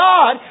God